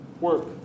work